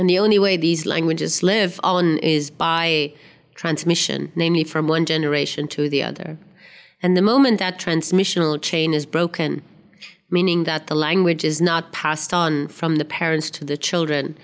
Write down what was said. and the only way these languages live on is by transmission namely from one generation to the other and the moment that transmissional chain is broken meaning that the language is not passed on from the parents to the children